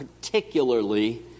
particularly